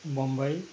Bombay